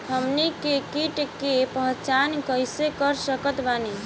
हमनी के कीट के पहचान कइसे कर सकत बानी?